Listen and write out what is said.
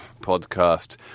podcast